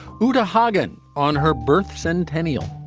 huda hagan on her birth centennial